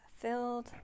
filled